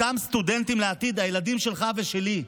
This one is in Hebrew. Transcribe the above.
באותם סטודנטים לעתיד, הילדים שלך ושלי,